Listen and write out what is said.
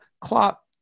Klopp